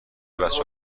بچه